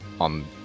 on